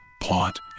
plot